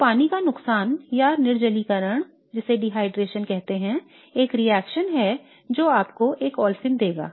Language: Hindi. तो पानी का नुकसान या निर्जलीकरण एक रिएक्शन है जो आपको एक ओलेफिन देगा